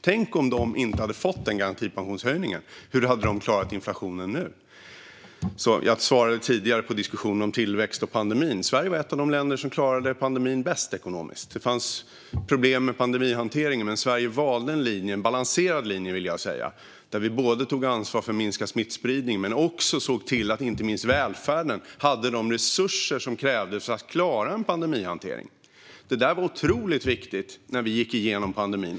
Tänk om de inte hade fått den garantipensionshöjningen, hur hade de klarat inflationen nu? Jag svarade tidigare på diskussionen om tillväxt och pandemin. Sverige var ett av de länder som klarade pandemin bäst ekonomiskt. Det fanns problem med pandemihanteringen, men Sverige valde en balanserad linje där vi både tog ansvar för minskad smittspridning och såg till att inte minst välfärden hade de resurser som krävdes för att klara en pandemihantering. Det var otroligt viktigt när vi gick igenom pandemin.